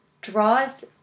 draws